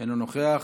אינו נוכח.